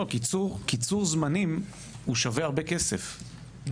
קיצור זמנים שווה הרבה כסף,